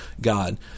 God